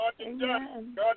Amen